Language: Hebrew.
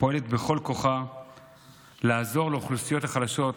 פועלת בכל כוחה לעזור לאוכלוסיות החלשות,